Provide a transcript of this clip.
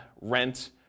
rent